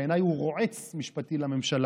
בעיניי הוא רועץ משפטי לממשלה,